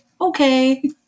Okay